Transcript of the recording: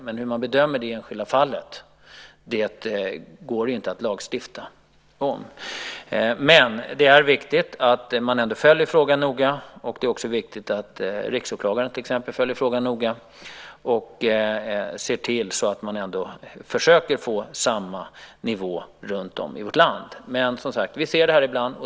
Men hur man bedömer i det enskilda fallet går det inte att lagstifta om. Det är viktigt att man ändå följer frågan noga. Det är också viktigt att till exempel Riksåklagaren följer frågan noga och ser till att man försöker få samma nivå runtom i vårt land. Men vi ser det som sagt ibland.